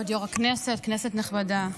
כבוד היו"ר, כנסת נכבדה,